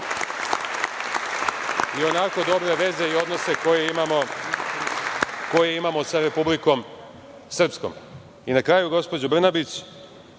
ionako dobre veze i odnose koje imamo sa Republikom Srpskom. Na kraju, gospođo Brnabić,